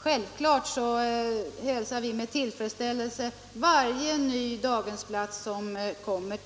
Självfallet hälsar vi med tillfredsställelse varje ny daghemsplats som tillkommer.